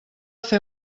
fer